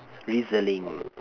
drizzling